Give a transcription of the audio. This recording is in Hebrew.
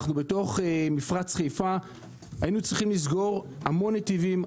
אנחנו בתוך מפרץ חיפה היינו צריכים לסגור המון נתיבים,